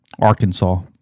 Arkansas